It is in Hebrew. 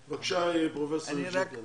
בבקשה, פרופ' קנדל.